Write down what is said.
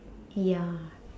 ya